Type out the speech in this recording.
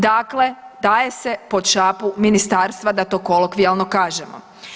Dakle, daje se pod šapu ministarstva, da to kolokvijalno kažemo.